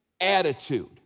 attitude